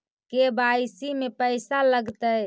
KYC में पैसा लगतै?